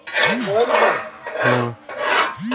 मैं नई कार पर ऋण कैसे प्राप्त कर सकता हूँ?